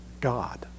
God